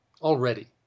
already